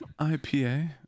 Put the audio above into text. IPA